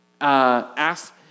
ask